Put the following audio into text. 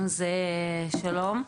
שלום.